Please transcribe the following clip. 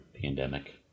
pandemic